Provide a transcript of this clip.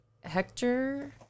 Hector